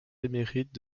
émérite